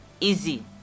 easy